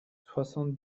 soixante